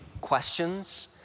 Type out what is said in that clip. questions